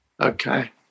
Okay